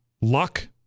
Luck